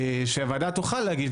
שהוועדה תוכל להגיד.